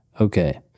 okay